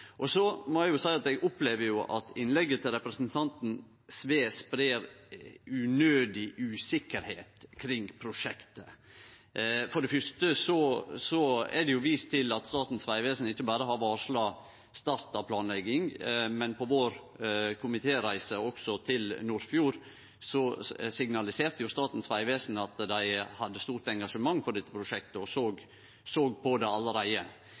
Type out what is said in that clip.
Så må eg seie at eg opplever at innlegget til representanten Sve spreier unødig usikkerheit kring prosjektet. For det første er det vist til at Statens vegvesen ikkje berre har varsla start av planlegging, men på vår komitéreise også til Nordfjord signaliserte Statens vegvesen at dei hadde stort engasjement for dette prosjektet og såg på det allereie.